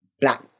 black